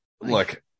Look